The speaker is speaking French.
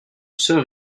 sœur